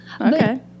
Okay